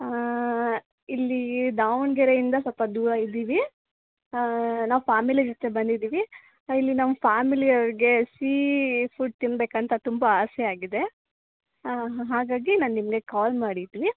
ಇಲ್ಲಿ ದಾವಣಗೆರೆಯಿಂದ ಸ್ವಲ್ಪ ದೂರ ಇದ್ದೀವಿ ನಾವು ಫ್ಯಾಮಿಲಿ ಜೊತೆ ಬಂದಿದ್ದೀವಿ ಇಲ್ಲಿ ನಮ್ಮ ಫ್ಯಾಮಿಲಿ ಅವರಿಗೆ ಸೀ ಫುಡ್ ತಿನ್ನಬೇಕಂತ ತುಂಬ ಆಸೆ ಆಗಿದೆ ಹಾಗಾಗಿ ನಾನು ನಿಮಗೆ ಕಾಲ್ ಮಾಡಿದ್ವಿ